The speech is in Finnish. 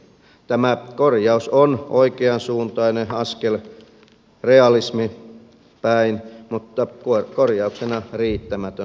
tämä korjaus on oikeansuuntainen askel realismia päin mutta korjauksena riittämätön